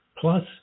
plus